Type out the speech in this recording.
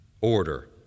order